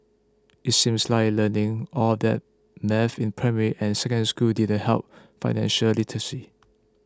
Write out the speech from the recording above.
it seems like learning all that maths in primary and Secondary School didn't help financial literacy